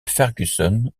fergusson